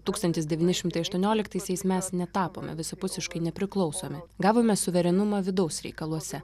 tūkstantis devyni šimtai aštuonioliktaisiais mes netapome visapusiškai nepriklausomi gavome suverenumą vidaus reikaluose